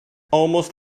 almost